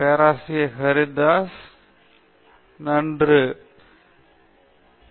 பேராசிரியர் பிரதாப் ஹரிதாஸ் கிரேட்